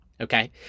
Okay